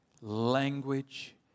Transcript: Language